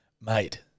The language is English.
Mate